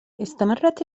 استمرت